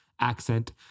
accent